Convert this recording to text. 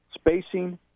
Spacing